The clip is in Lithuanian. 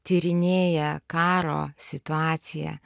tyrinėję karo situaciją